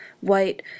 white